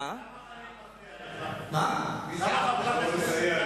מי זה "אל תחפשו"?